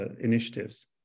initiatives